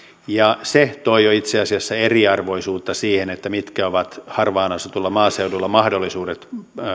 ja se toi jo itse asiassa eriarvoisuutta siihen mitkä ovat harvaan asutulla maaseudulla mahdollisuudet